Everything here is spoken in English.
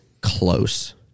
close